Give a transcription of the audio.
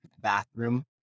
bathroom